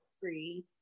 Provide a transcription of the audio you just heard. free